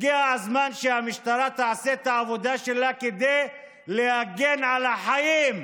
הגיע הזמן שהמשטרה תעשה את העבודה שלה כדי להגן על החיים,